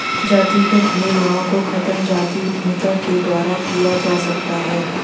जातिगत भेदभाव को खत्म जातीय उद्यमिता के द्वारा किया जा सकता है